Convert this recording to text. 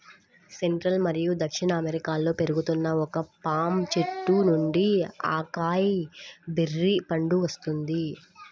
central మరియు దక్షిణ అమెరికాలో పెరుగుతున్న ఒక పామ్ చెట్టు నుండి అకాయ్ బెర్రీ పండు వస్తుంది